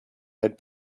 had